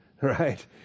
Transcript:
Right